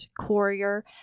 courier